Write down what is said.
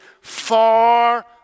far